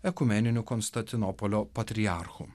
ekumeniniu konstantinopolio patriarchu